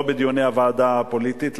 לא בדיוני הוועדה הפוליטית,